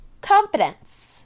confidence